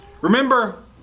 remember